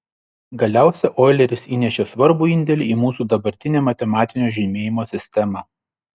galiausia oileris įnešė svarbų indėlį į mūsų dabartinę matematinio žymėjimo sistemą